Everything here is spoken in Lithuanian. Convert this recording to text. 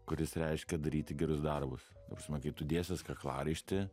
kuris reiškia daryti gerus darbus ta prasme kai tu dėsies kaklaraištį